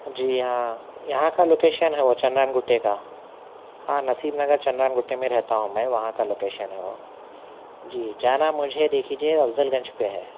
جی ہاں یہاں کا لوکیشن ہے وہ چندن گٹے کا ہاں نسیم نگر چندن گٹے میں رہتا ہوں میں وہاں کا لوکیشن ہے وہ جی جانا مجھے دیکھ لیجیے افضل گنج پہ ہے